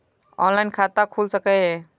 Online खाता खुल सके ये?